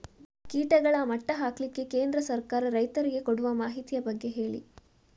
ಕೀಟಗಳ ಮಟ್ಟ ಹಾಕ್ಲಿಕ್ಕೆ ಕೇಂದ್ರ ಸರ್ಕಾರ ರೈತರಿಗೆ ಕೊಡುವ ಮಾಹಿತಿಯ ಬಗ್ಗೆ ಹೇಳಿ